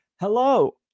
hello